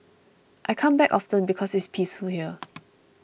I come back often because it's peaceful here